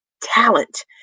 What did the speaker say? talent